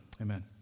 Amen